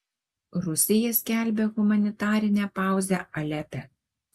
rusija skelbia humanitarinę pauzę alepe